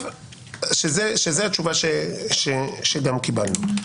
זו התשובה שקיבלנו.